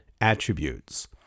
attributes